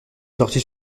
sortit